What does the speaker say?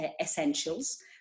essentials